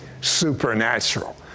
supernatural